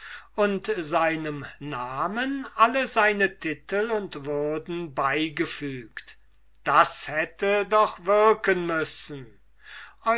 und seinem namen alle seine titel und würden beigefügt das hätte doch wirken müssen